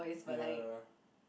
ya